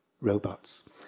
robots